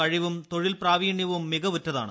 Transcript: കഴിവും തൊഴിൽ പ്രാവീണ്ട്യും മികവുറ്റതാണ്